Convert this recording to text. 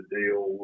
deal